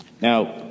Now